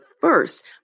first